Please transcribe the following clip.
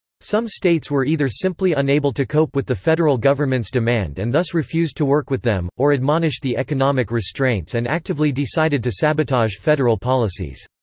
some states were either simply unable to cope with the federal government's demand and thus refused to work with them, or admonished the economic restraints and actively decided to sabotage federal policies.